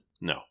No